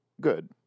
Good